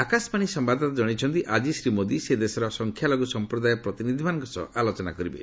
ଆକାଶବାଣୀ ସମ୍ଭାଦଦାତା ଜଣାଇଛନ୍ତି ଆଜି ଶ୍ରୀ ମୋଦୀ ସେ ଦେଶର ସଂଖ୍ୟାଲଘୁ ସମ୍ପ୍ରଦାୟ ପ୍ରତିନିଧିମାନଙ୍କ ସହ ଆଲୋଚନା କରିବେ